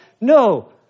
No